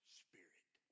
spirit